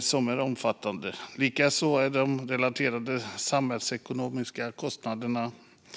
som är omfattande, liksom de relaterade samhällsekonomiska kostnaderna.